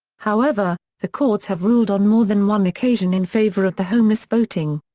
however, the courts have ruled on more than one occasion in favor of the homeless voting.